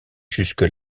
jusque